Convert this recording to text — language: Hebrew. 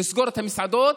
לסגור את המסעדות,